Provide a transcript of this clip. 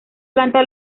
planta